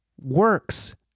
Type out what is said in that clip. works